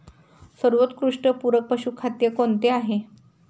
सर्वोत्कृष्ट पूरक पशुखाद्य कोणते आहे?